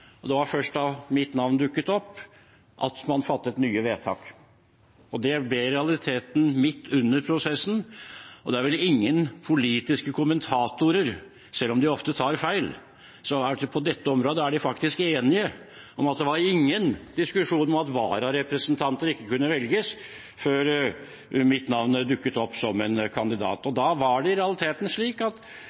Det var først da mitt navn dukket opp, at man fattet nye vedtak, og det ble i realiteten midt under prosessen. Og selv om politiske kommentatorer ofte tar feil – på dette området er de faktiske enige om at det var ingen diskusjon om at vararepresentanter ikke kunne velges, før mitt navn dukket opp som en kandidat. Da var det i realiteten slik at